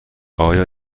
آیا